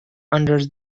under